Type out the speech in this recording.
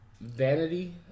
Vanity